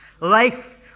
Life